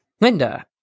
Linda